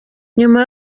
nyuma